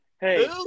Hey